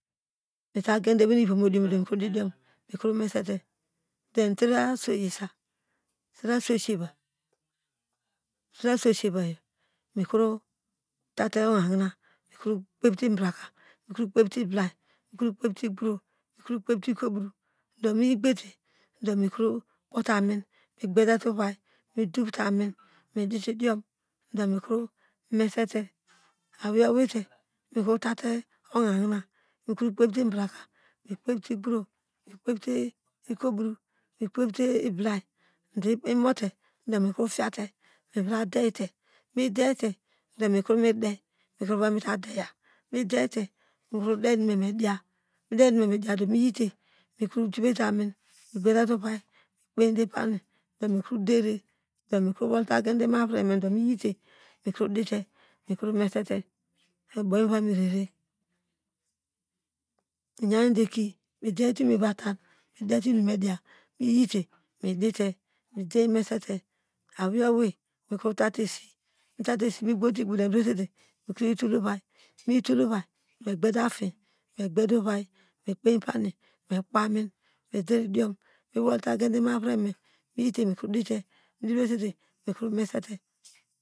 Mita gende ewei nu ivom me odiom odiom me didiam me kro mesete de tre aswei yisa tre aswei siyeva, tre siyeva tute ohaina me kpete ibraka, kpete igbro, iirobro ibraka imute dome tiate me vradete midiate, mekro me demevra daye medete mede inum nu meme diya miyite mikrodite mikro mesete oyo obonu merere miyinde eki midiyete inum mivate midete inum mediya miyite midite midiom mesete awei ye owei mitate esimiyi gbete mikroyitol ovai miyitul ovai me gbede a fin my gbede ovai me kpeiye pani me kpai min meder idiom imo avreme mekromesete